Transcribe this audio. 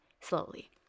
slowly